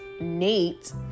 nate